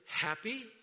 happy